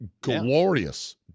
glorious